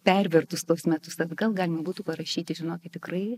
pervertus tuos metus atgal galima būtų parašyti žinokit tikrai